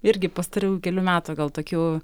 irgi pastarųjų kelių metų gal tokių